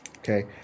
Okay